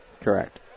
Correct